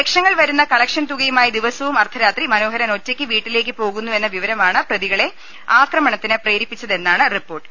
ലക്ഷങ്ങൾ വരുന്ന് കളക്ഷൻ തുകയുമായി ദിവസവും അർദ്ധരാത്രി മനോഹരൻ ഒറ്റയ്ക്ക് വീട്ടിലേക്ക് പോകു ന്നുവെന്ന വിവരമാണ് പ്രതികളെ ആക്രമണത്തിന് പ്രേരിപ്പിച്ചതെ ന്നാണ് റിപ്പോർട്ട്